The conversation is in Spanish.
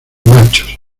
machos